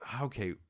okay